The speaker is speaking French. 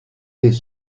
des